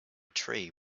tree